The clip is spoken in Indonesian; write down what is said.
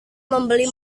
membeli